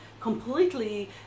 completely